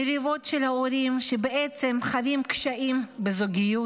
מריבות של הורים, שבעצם חווים קשיים בזוגיות.